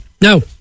Now